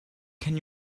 can